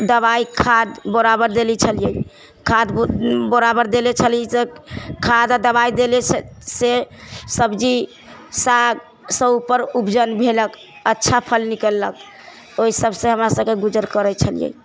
दबाइ खाद बराबर देले छलियै खाद बराबर देले छलियै तऽ खाद आओर दबाइ देलेसँ सँ सब्जी सागसँ उपर उपजन भेलक अच्छा फल निकललक ओइ सबसँ हमरा सबके गुजर करै छलियै